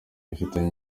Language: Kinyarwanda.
ifitanye